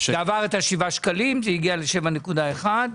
זה עבר את השבעה שקלים, זה הגיע ל-7.1 שקלים.